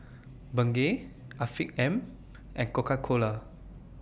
Bengay Afiq M and Coca Cola